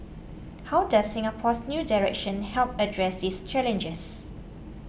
how does Singapore's new direction help address these challenges